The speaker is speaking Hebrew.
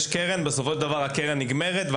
יש קרן ובסופו של דבר הקרן נגמרת.